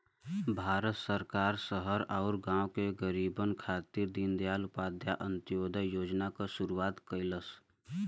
भारत सरकार शहर आउर गाँव के गरीबन खातिर दीनदयाल उपाध्याय अंत्योदय योजना क शुरूआत कइलस